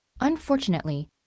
Unfortunately